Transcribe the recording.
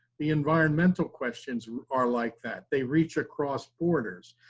the environmental questions are like that, they reach across borders.